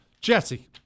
Jesse